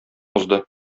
узды